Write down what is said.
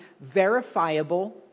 verifiable